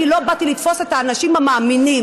ואני לא באתי לתפוס את האנשים המאמינים,